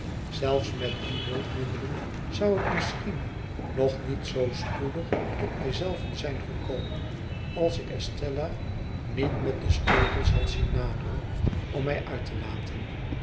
zelfs met die hulpmiddelen zou ik misschien nog niet zoo spoedig tot mij zelven zijn gekomen als ik estella niet met de sleutels had zien naderen om mij uit te laten